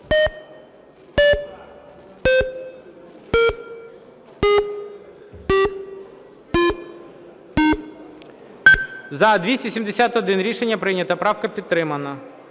За-271 Рішення прийнято. Правка підтримана